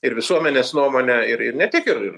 ir visuomenės nuomonę ir ir ne tik ir